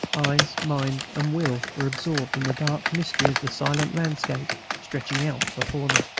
eyes, mind, and will were absorbed in the dark mystery of the silent landscape stretching out before them.